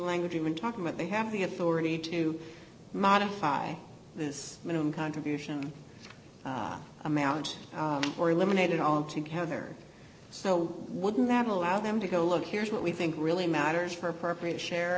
language even talk about they have the authority to modify this minimum contribution amount or eliminate it altogether so wouldn't that allow them to go look here's what we think really matters for